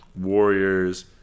Warriors